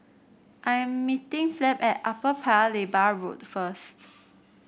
I am meeting Flem at Upper Paya Lebar Road first